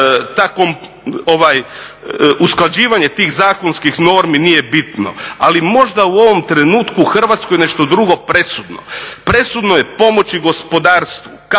usklađivanje tih zakonskih normi nije bitno, ali možda u ovom trenutku u Hrvatskoj je nešto drugo presudno. Presudno je pomoći gospodarstvu, kako,